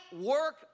work